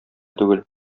түгел